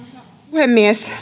puhemies